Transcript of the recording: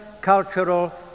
cultural